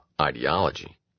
ideology